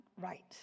right